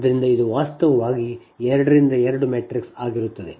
ಆದ್ದರಿಂದ ಇದು ವಾಸ್ತವವಾಗಿ ಇದು 2 ರಿಂದ 2 ಮ್ಯಾಟ್ರಿಕ್ಸ್ ಆಗಿರುತ್ತದೆ